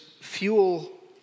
fuel